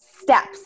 steps